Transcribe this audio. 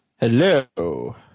Hello